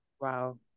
wow